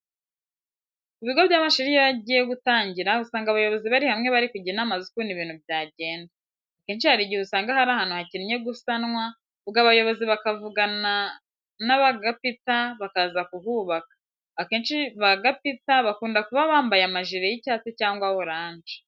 Ku bigo by'amashuri iyo agiye gutangira, usanga abayobozi bari hamwe bari kujya inama z'ukuntu ibintu byagenda. Akenshi hari igihe usanga hari ahantu hakenye gusanwa, ubwo abayobozi bakavugana na ba gapita bakaza kuhubaka. Akenshi ba gapita bakunda kuba bambaye amajire y'icyatsi cyangwa oranje.